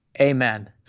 Amen